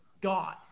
god